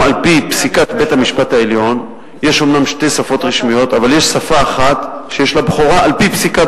ראש הממשלה לא רואה בעניינם של האזרחים הערבים עניין